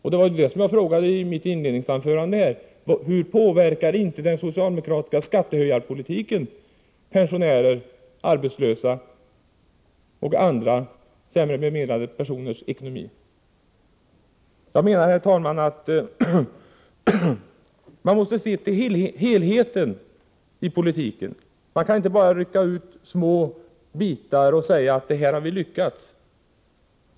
I mitt inledningsanförande frågade Nr 162 jag ju: Hur påverkar inte den socialdemokratiska skattehöjarpolitiken Onsdagen den pensionärers, arbetslösas och andra sämre bemedlade personers ekonomi? 5 juni 1985 Herr talman! Man måste se till helheten i politiken. Man kan inte bara rycka ut små bitar och säga: Här har vi lyckats.